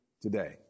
today